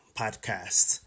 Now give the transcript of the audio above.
podcast